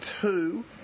Two